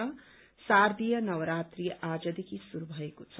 रं शारदीय नवरात्री आजदेखि शुरू भएको छ